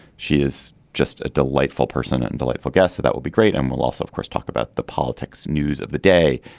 she is just a delightful person and delightful guest that will be great. and we'll also of course talk about the politics news of the day.